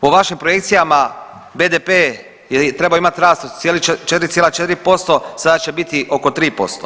Po vašim projekcijama BDP je trebao imat rast od 4,4%, sada će biti oko 3%